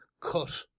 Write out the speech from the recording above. cut